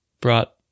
brought